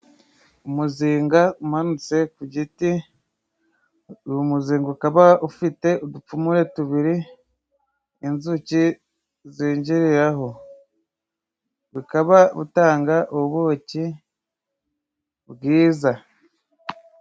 Umuzinga umanitse ku giti , uyu umuzinga ukaba ufite udupfumure tubiri inzuki zinjiriraho, ukaba utanga ubuki bwiza.